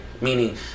meaning